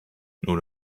nun